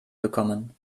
bekommen